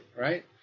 right